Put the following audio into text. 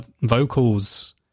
vocals